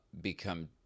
become